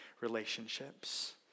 relationships